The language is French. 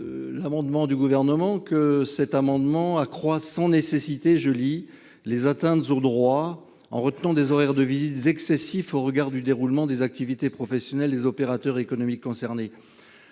L'amendement du gouvernement que cet amendement accroissant nécessité je lis les atteintes aux droits en retenant des horaires de visite excessif au regard du déroulement des activités professionnelles des opérateurs économiques concernés.